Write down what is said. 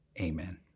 amen